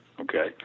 Okay